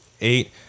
Eight